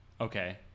Okay